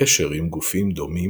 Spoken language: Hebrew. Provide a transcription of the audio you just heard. קשר עם גופים דומים